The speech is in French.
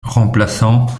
remplaçant